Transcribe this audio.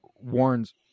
warns